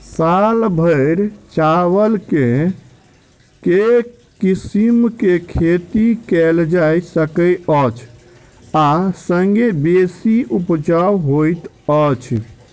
साल भैर चावल केँ के किसिम केँ खेती कैल जाय सकैत अछि आ संगे बेसी उपजाउ होइत अछि?